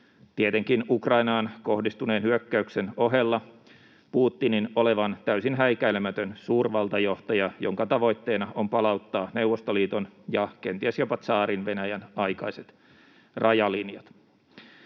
tietenkin Ukrainaan kohdistuneen hyökkäyksen ohella Putinin olevan täysin häikäilemätön suurvaltajohtaja, jonka tavoitteena on palauttaa Neuvostoliiton ja kenties jopa tsaarin Venäjän aikaiset rajalinjat.